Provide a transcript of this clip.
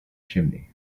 chimney